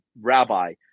rabbi